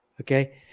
Okay